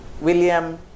William